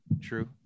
true